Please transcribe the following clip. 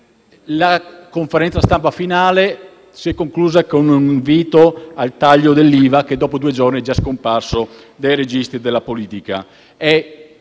La conferenza stampa finale si è conclusa con un invito al taglio dell'IVA, che dopo due giorni è già scomparso dai registri della politica.